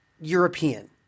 European